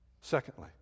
Secondly